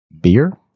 beer